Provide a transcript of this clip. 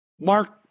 Mark